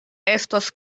estos